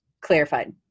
clarified